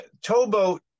Towboat